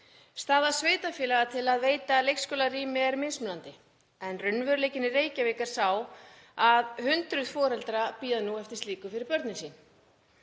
Staða sveitarfélaga til að veita leikskólarými er mismunandi en raunveruleikinn í Reykjavík er sá að hundruð foreldra bíða nú eftir slíku fyrir börnin sín.